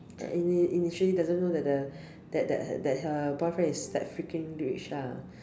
ini initially doesn't know that the that that her boyfriend was freaking rich lah